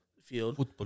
field